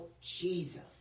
Jesus